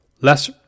less